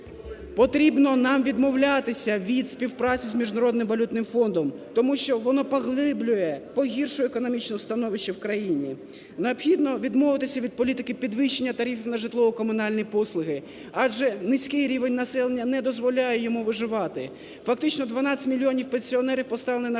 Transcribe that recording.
Потрібно нам відмовлятися від співпраці з Міжнародним валютним фондом, тому що воно поглиблює, погіршує економічне становище в країні. Необхідно відмовитися від політики підвищення тарифів на житлово-комунальні послуги, адже низький рівень населення не дозволяє йому виживати, фактично 12 мільйонів пенсіонерів поставлені на